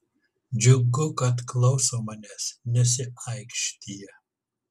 džiugu kad klauso manęs nesiaikštija